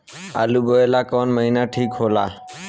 आलू बोए ला कवन महीना ठीक हो ला?